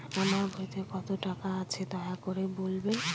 আমার বইতে কত টাকা আছে দয়া করে বলবেন?